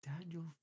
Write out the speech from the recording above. Daniel